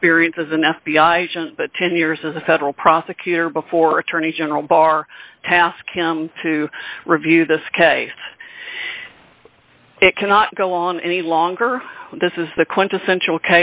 experience as an f b i agent but ten years as a federal prosecutor before attorney general bar task him to review this case it cannot go on any longer this is the quintessential